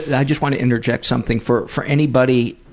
i just want to interject something for for anybody.